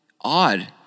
odd